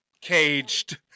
caged